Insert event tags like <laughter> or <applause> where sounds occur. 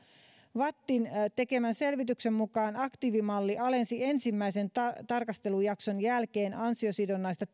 vattin tekemän selvityksen mukaan aktiivimalli alensi ensimmäisen tarkastelujakson jälkeen ansiosidonnaista <unintelligible>